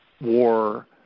war